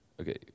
Okay